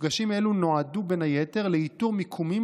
מפגשים אלו נועדו בין היתר לאיתור מיקומים